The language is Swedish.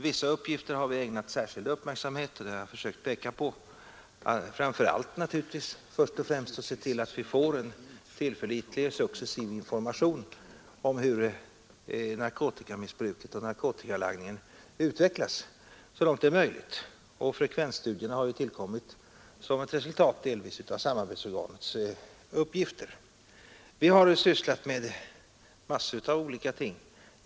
Vissa uppgifter har vi ägnat särskild uppmärksamhet — och det har jag försökt peka på —, naturligtvis först och främst att se till att vi så långt det är möjligt får en tillförlitlig successiv information om hur narkotikamissbruket och narkotikalangningen utvecklas. Frekvensstudierna har ju tillkommit som ett resultat, delvis, av samarbetsorganets uppgifter. Vi har sysslat med massor av olika ting.